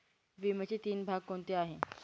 विम्याचे तीन भाग कोणते आहेत?